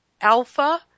Alpha